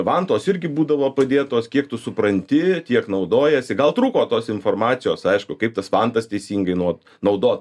vantos irgi būdavo padėtos kiek tu supranti tiek naudojiesi gal trūko tos informacijos aišku kaip tas vantas teisingai nu vot naudot